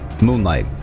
Moonlight